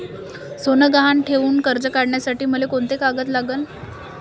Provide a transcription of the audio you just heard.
सोनं गहान ठेऊन कर्ज काढासाठी मले कोंते कागद लागन?